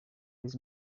his